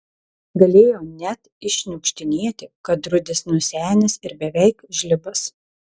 galėjo net iššniukštinėti kad rudis nusenęs ir beveik žlibas